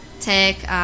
take